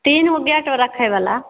तीन गो गेट रखै बला